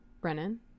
Brennan